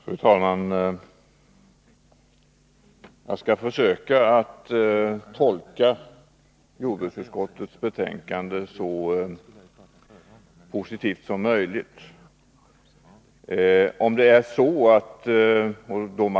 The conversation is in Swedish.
Fru talman! Jag skall försöka att tolka jordbruksutskottets betänkande så positivt som möjligt.